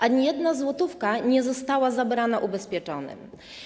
Ani jedna złotówka nie została zabrana ubezpieczonym.